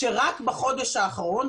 כשרק בחודש האחרון,